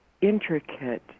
intricate